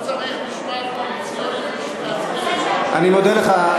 לא צריך משמעת קואליציונית בשביל, אני מודה לך,